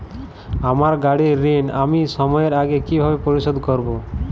আমার গাড়ির ঋণ আমি সময়ের আগে কিভাবে পরিশোধ করবো?